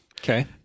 Okay